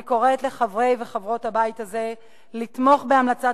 אני קוראת לחברי וחברות הבית הזה לתמוך בהמלצת